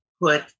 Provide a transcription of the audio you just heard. put